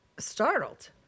Startled